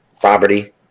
property